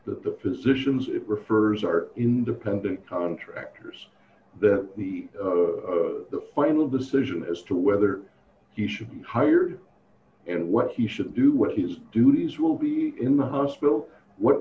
that the physicians it refers are independent contractors that the final decision as to whether he should be hired and what he should do what his duties will be in the hospital what